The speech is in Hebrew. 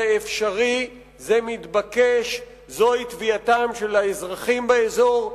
זה אפשרי, זה מתבקש, זו תביעתם של האזרחים באזור,